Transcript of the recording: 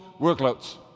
workloads